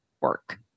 work